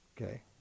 Okay